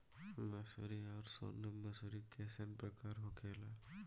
मंसूरी और सोनम मंसूरी कैसन प्रकार होखे ला?